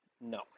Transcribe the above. No